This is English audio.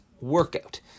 workout